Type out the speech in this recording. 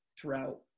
throughout